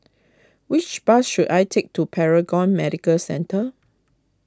which bus should I take to Paragon Medical Centre